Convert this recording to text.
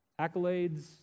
accolades